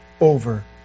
over